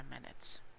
minutes